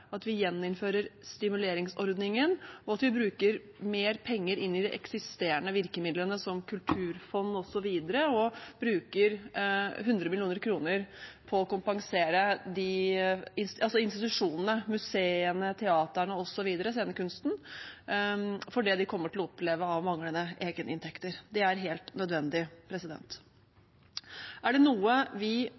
at vi gjeninnfører stimuleringsordningen, bruker mer penger på de eksisterende virkemidlene, som kulturfond osv., og bruker 100 mill. kr på å kompensere institusjonene, museene og teatrene osv. – scenekunsten – for det de kommer til å oppleve av manglende egeninntekter. Det er helt nødvendig. Er det noe vi